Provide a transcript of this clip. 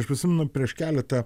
aš prisimenu prieš keletą